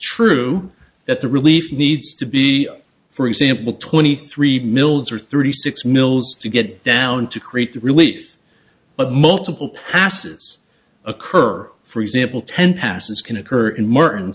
true that the relief needs to be for example twenty three mills or thirty six mills to get down to create the relief but multiple passes occur for example ten passes can occur in mert